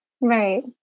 Right